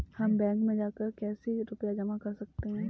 हम बैंक में जाकर कैसे रुपया जमा कर सकते हैं?